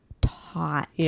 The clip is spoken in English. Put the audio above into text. taught